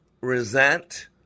resent